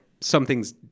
something's